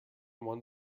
one